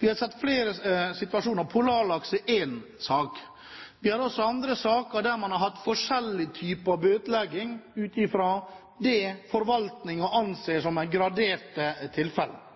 Vi har sett flere situasjoner, Polarlaks er én sak. Vi har også andre saker der man har hatt forskjellige typer bøtelegging ut fra det forvaltningen anser som graderte tilfeller. Det er